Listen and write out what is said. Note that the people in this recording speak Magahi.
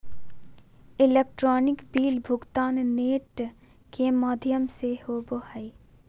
इलेक्ट्रॉनिक बिल भुगतान नेट के माघ्यम से होवो हइ